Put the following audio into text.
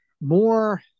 more